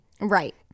Right